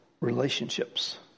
relationships